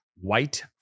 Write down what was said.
White